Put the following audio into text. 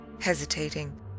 hesitating